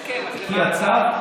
אם הגעתם להסכם, אז למה הצו?